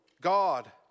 God